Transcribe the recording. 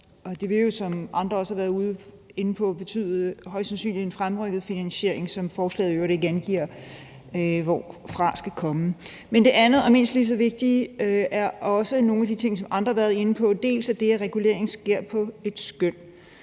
Det vil jo, som andre også har været inde på, højst sandsynligt betyde en fremrykket finansiering, som forslaget i øvrigt ikke angiver hvorfra skal komme. Men for det andet – og mindst lige så vigtigt – er der nogle af de ting, som andre også har været inde på, bl.a. det, at reguleringen sker på et skøn.